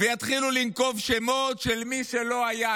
ויתחילו לנקוב בשמות של מי שלא היה.